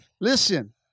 listen